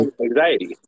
anxiety